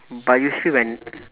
but usually when